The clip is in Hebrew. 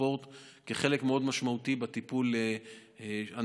ספורט ללא הגבלה כחלק מאוד משמעותי בטיפול הנכון.